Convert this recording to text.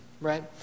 right